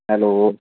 hello